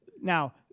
Now